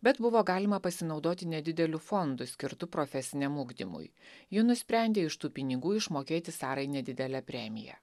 bet buvo galima pasinaudoti nedideliu fondu skirtu profesiniam ugdymui ji nusprendė iš tų pinigų išmokėti sarai nedidelę premiją